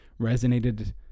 resonated